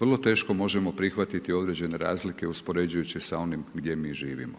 vrlo teško možemo prihvatiti određene razlike uspoređujući s onim gdje mi živimo.